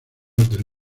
del